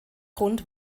grund